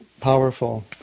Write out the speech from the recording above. powerful